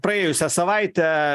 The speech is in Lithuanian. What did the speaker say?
praėjusią savaitę